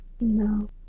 No